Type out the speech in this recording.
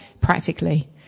practically